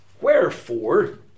Wherefore